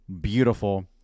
Beautiful